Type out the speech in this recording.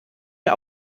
mir